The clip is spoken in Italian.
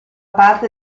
parte